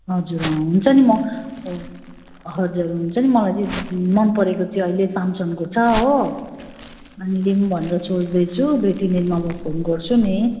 हजुर अँ हुन्छ नि म हुन्छ नि मलाई मनपरेको चाहिँ अहिले स्यामसङको छ हो अनि लिउँ भनेर सोच्दैछु दुई तिन दिनमा म फोन गर्छु नि